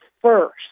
first